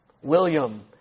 William